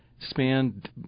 spanned